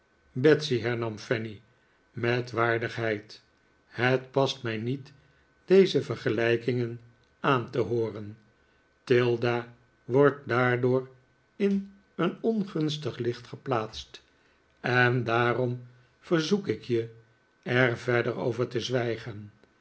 betsy hernam fanny met waardigheid het past mij niet deze vergelijkingen aan te hooren tilda wordt daardoor in een ongunstig licht geplaatst en daarom verzoek ik je er verder over te zwijgen